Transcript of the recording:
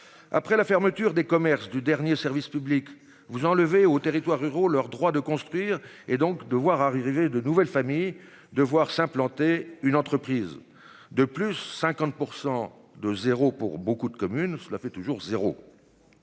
Après la fermeture des commerces du dernier service public vous enlevez aux territoires ruraux leur droit de construire et donc de voir arriver de nouvelles familles de voir s'implanter une entreprise de plus 50 pour de 0 pour beaucoup de communes, cela fait toujours 0.